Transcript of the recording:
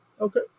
Okay